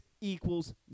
equals